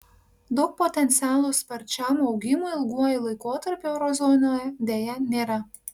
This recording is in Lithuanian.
daug potencialo sparčiam augimui ilguoju laikotarpiu euro zonoje deja nėra